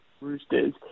Roosters